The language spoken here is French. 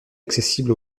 accessible